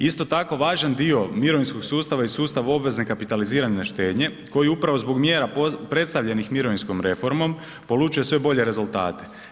Isto tako važan dio mirovinskog sustava i sustava obvezne kapitalizirane štednje koji upravo zbog mjera predstavljenih mirovinskom reformom polučuje sve bolje rezultate.